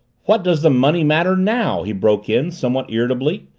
what does the money matter now? he broke in somewhat irritably.